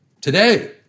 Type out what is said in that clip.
today